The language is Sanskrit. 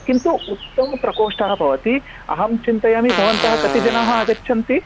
किन्तु उत्तमप्रकोष्ठः भवति अहं चिन्तयामि भवन्तः कति जनाः आगच्छन्ति